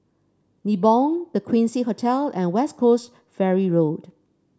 Nibong The Quincy Hotel and West Coast Ferry Road